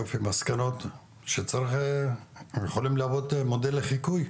יופי, מסקנות, הם יכולים להוות מודל לחיקוי?